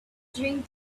drink